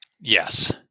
Yes